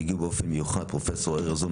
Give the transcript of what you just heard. הגיעו באופן מיוחד: פרופ' ארז און,